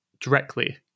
directly